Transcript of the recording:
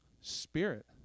spirit